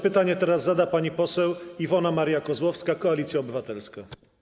Pytanie zada teraz pani poseł Iwona Maria Kozłowska, Koalicja Obywatelska.